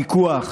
פיקוח,